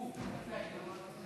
הוא, נפתלי.